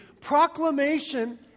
Proclamation